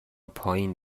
پایین